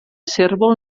cérvol